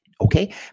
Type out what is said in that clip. Okay